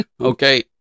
Okay